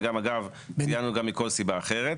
ואגב ציינו גם מכל סיבה אחרת,